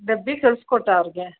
ಡಬ್ಬಿ ಕಳಿಸ್ಕೊಟ್ಟ ಅವ್ರಿಗೆ